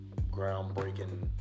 groundbreaking